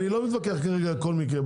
אני לא מתווכח כרגע על כל מקרה,